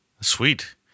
Sweet